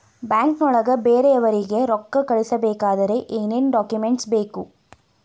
ಬ್ಯಾಂಕ್ನೊಳಗ ಬೇರೆಯವರಿಗೆ ರೊಕ್ಕ ಕಳಿಸಬೇಕಾದರೆ ಏನೇನ್ ಡಾಕುಮೆಂಟ್ಸ್ ಬೇಕು?